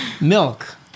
milk